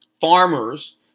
farmers